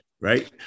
Right